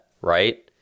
right